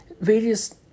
various